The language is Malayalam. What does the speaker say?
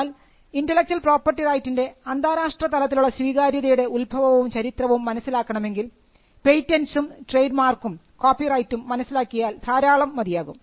എന്നാൽ ഇന്റെലക്ച്വൽ പ്രോപർട്ടി റൈറ്റിൻറെ അന്താരാഷ്ട്രതലത്തിലുള്ള സ്വീകാര്യതയുടെ ഉത്ഭവവും ചരിത്രവും മനസ്സിലാക്കണമെങ്കിൽ പേറ്റന്റ്സും ട്രേഡ് മാർക്കും കോപ്പിറൈറ്റും മനസ്സിലാക്കിയാൽ ധാരാളം മതിയാകും